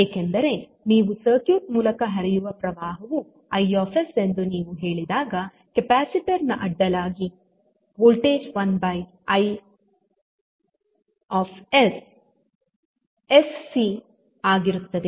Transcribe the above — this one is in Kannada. ಏಕೆಂದರೆ ನೀವು ಸರ್ಕ್ಯೂಟ್ ಮೂಲಕ ಹರಿಯುವ ಪ್ರವಾಹವು I ಎಂದು ನೀವು ಹೇಳಿದಾಗ ಕೆಪಾಸಿಟರ್ ನ ಅಡ್ಡವಾಗಿ ವೊಲ್ಟೇಜ್ 1sC I ಆಗಿರುತ್ತದೆ